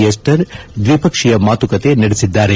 ಎಸ್ಸರ್ ದ್ಲಿಪಕ್ಷೀಯ ಮಾತುಕತೆ ನಡೆಸಿದ್ದಾರೆ